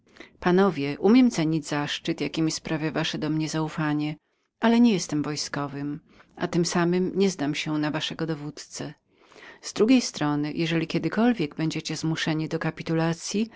panowie umiem cenić zaszczyt jaki mi sprawia wasze we mnie zaufanie ale nie jestem wojskowym a tem samem nie zdam się na waszego dowódzcę z drugiej strony jeżeli kiedykolwiek będziecie zmuszeni do kapitulacyi za